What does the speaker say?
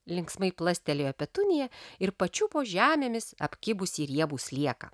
linksmai plastelėjo petunija ir pačiupo žemėmis apkibusį riebų slieką